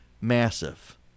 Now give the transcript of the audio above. massive